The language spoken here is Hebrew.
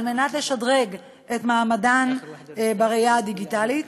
על מנת לשדרג את מעמדן בראייה הדיגיטלית.